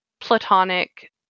platonic